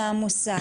למוסד,